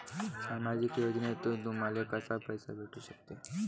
सामाजिक योजनेतून तुम्हाले कसा पैसा भेटू सकते?